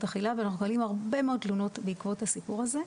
אכילה ואנחנו רואים הרבה מאוד תלונות בעקבות הסיפור הזה,